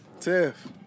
Tiff